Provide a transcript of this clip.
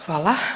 Hvala.